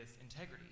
integrity